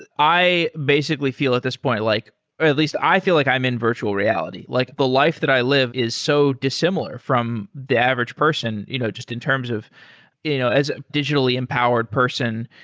i basically feel at this point like or at least i feel like i'm in virtual reality. like the life that i live is so dissimilar from the average person you know just in terms of you know as a digitally empowered person,